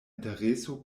intereso